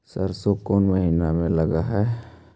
सरसों कोन महिना में लग है?